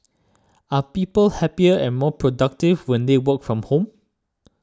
are people happier and more productive when they work from home